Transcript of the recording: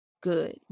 good